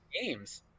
games